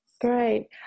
Great